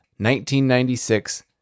1996